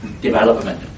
development